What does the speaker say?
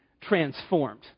transformed